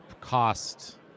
cost